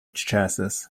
chassis